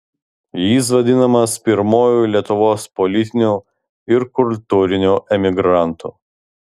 jis vadinamas pirmuoju lietuvos politiniu ir kultūriniu emigrantu